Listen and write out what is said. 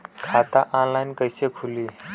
खाता ऑनलाइन कइसे खुली?